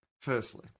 Firstly